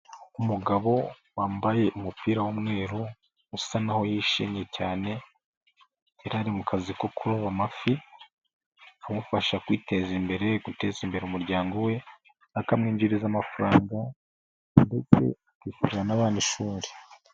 Umugabo wambaye umupira w'umweru usa n'aho yishimye cyane, yari ari mu kazi ko kuroba amafi amufasha kwiteza imbere, guteza imbere umuryango we, akamwinjiriza amafaranga ndetse akanishyurira abana ishuri.